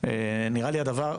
נראה לי הדבר,